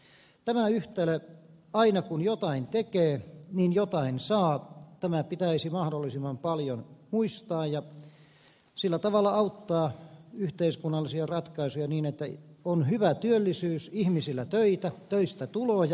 pitäisi mahdollisimman hyvin muistaa tämä yhtälö että aina kun jotain tekee niin jotain saa ja sillä tavalla auttaa yhteiskunnallisia ratkaisuja niin että on hyvä työllisyys ihmisillä töitä töistä tuloja